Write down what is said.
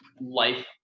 life